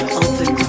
open